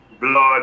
blood